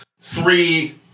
three